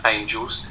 Angels